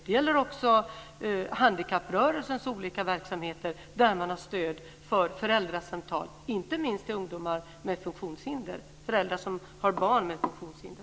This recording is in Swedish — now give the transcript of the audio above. Det gäller även handikapprörelsens olika verksamheter, där man har stöd för föräldrasamtal, inte minst för föräldrar till barn med funktionshinder.